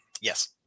Yes